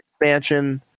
expansion